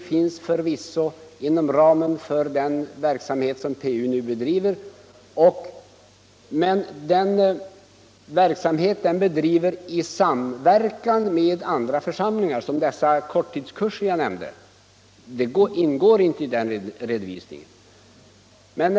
Det finns förvisso central redovisning inom ramen för den verksamhet PU nu bedriver, men den verksamhet man bedriver i samverkan med andra församlingar —- såsom de korttidskurser jag nämnde — ingår inte i redovisningen.